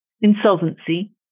insolvency